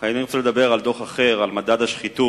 אך אני רוצה לדבר על דוח אחר, על מדד השחיתות,